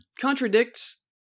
contradicts